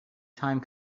time